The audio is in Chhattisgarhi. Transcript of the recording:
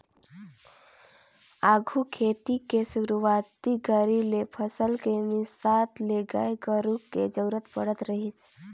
आघु खेती के सुरूवाती घरी ले फसल के मिसात ले गाय गोरु के जरूरत पड़त रहीस